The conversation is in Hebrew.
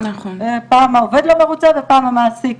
פעם העובד לא מרוצה ופעם המעסיק,